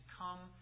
come